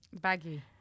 Baggy